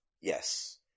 Yes